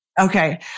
Okay